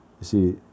see